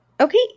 Okay